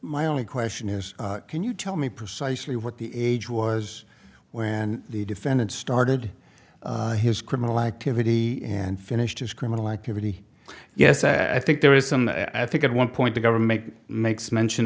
my only question is can you tell me precisely what the age was when the defendant started his criminal activity and finished his criminal activity yes i think there is some i think at one point the government makes mention